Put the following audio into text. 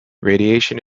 radiation